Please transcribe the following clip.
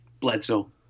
Bledsoe